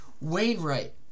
Wainwright